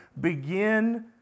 begin